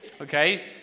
Okay